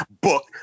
book